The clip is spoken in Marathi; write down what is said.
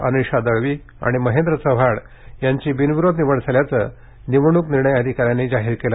अनिषा दळवी आणि महेंद्र चव्हाण यांची बिनविरोध निवड झाल्याचं निवडणूक निर्णय अधिकाऱ्यांनी जाहीर केलं